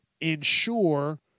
ensure